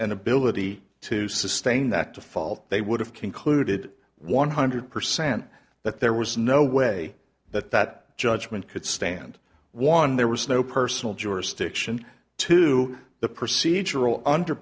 an ability to sustain that default they would have concluded one hundred percent that there was no way that that judgment could stand one there was no personal jurisdiction to the procedural